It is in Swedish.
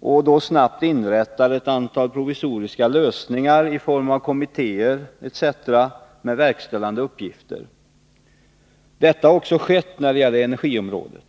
och då snabbt tar till ett antal provisoriska lösningar i form av kommittéer etc. med verkställande uppgifter. Så har också skett när det gäller energiområdet.